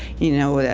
you know,